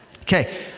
okay